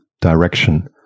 direction